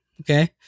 okay